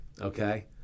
okay